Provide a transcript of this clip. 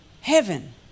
heaven